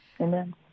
Amen